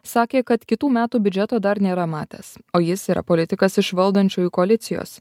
sakė kad kitų metų biudžeto dar nėra matęs o jis yra politikas iš valdančiųjų koalicijos